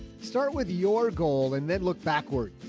start with your goal and then look backward.